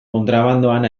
kontrabandoan